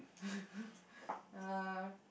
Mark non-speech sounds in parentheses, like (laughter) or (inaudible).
(breath) uh